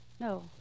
No